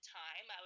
time